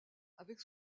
avec